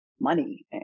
money